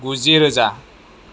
गुजिरोजा